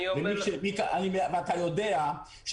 אתה יודע,